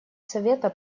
совета